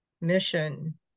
mission